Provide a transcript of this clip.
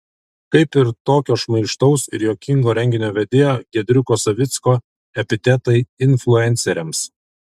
kaip ir tokio šmaikštaus ir juokingo renginio vedėjo giedriuko savicko epitetai influenceriams